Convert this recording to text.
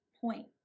point